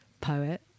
poet